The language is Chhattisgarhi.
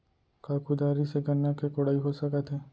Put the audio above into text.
का कुदारी से गन्ना के कोड़ाई हो सकत हे?